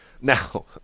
Now